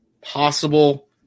possible